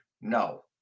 No